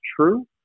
true